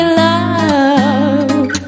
love